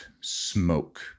smoke